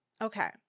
Okay